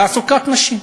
תעסוקת נשים,